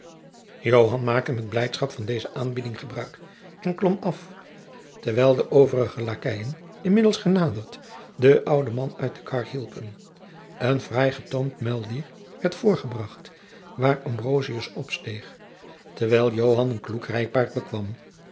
maakte met blijdschap van deze aanbieding gebruik en klom af terwijl de overige lakeien inmiddels genaderd den ouden man uit de kar hielpen een fraai getoomd muildier werd voorgebracht waar ambrosius opsteeg terwijl joan jacob van lennep de pleegzoon een kloek rijpaard bekwam